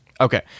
Okay